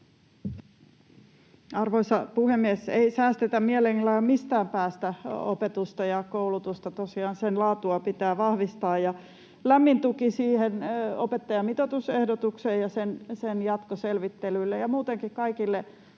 Arvoisa puhemies! Ei säästetä mielellään mistään päästä. Opetusta ja koulutusta ja sen laatua tosiaan pitää vahvistaa. Ja lämmin tuki opettajamitoitusehdotukselle ja sen jatkoselvittelylle ja muutenkin kaikille